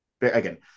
again